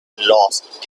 lost